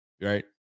right